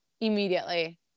Immediately